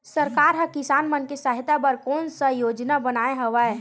सरकार हा किसान मन के सहायता बर कोन सा योजना बनाए हवाये?